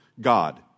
God